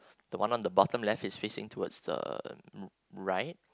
the one on the bottom left is facing towards the right